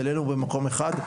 העלנו במקום אחד,